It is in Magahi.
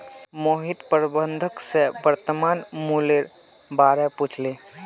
मोहित प्रबंधक स वर्तमान मूलयेर बा र पूछले